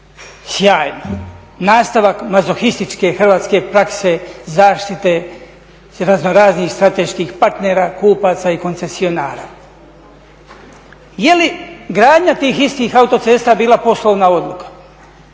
Sjajno! Nastavak mazohističke hrvatske prakse, zaštite razno raznih strateških partnera, kupaca i koncesionara. Je li gradnja tih istih autocesta bila poslovna odluka?